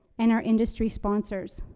and our industry sponsors.